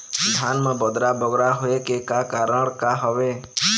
धान म बदरा बगरा होय के का कारण का हवए?